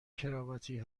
کرواتی